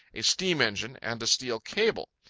a steam-engine, and a steel cable.